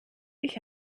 ich